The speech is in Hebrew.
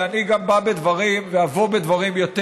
ואני גם בא בדברים ואבוא בדברים יותר